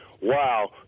wow